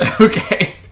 okay